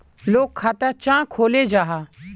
लोग खाता चाँ खोलो जाहा?